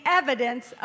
evidence